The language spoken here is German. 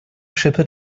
schippe